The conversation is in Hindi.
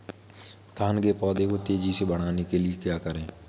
धान के पौधे को तेजी से बढ़ाने के लिए क्या करें?